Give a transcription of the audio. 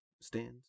stands